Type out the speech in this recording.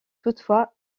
toutefois